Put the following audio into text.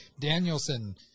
Danielson